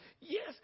yes